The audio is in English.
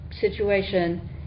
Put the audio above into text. situation